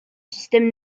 système